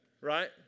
right